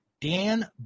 Dan